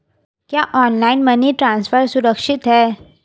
क्या online money transfer सुरक्षित है?